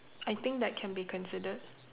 I think that can be considered